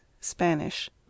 Spanish